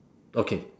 okay